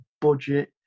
budget